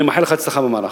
אני מאחל לך הצלחה במהלך.